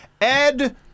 Ed